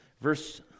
Verse